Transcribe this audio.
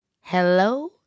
Hello